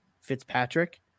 Fitzpatrick